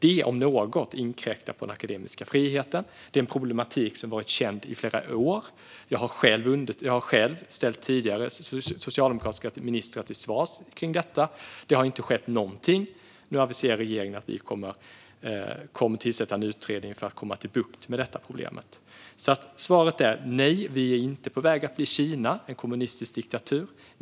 Detta om något inkräktar på den akademiska friheten. Det är en problematik som har varit känd i flera år. Jag har själv ställt socialdemokratiska ministrar till svars gällande detta, men det har inte skett någonting. Nu aviserar regeringen att vi kommer att tillsätta en utredning för att få bukt med detta problem. Svaret är alltså nej, vi är inte på väg att bli Kina, en kommunistisk diktatur.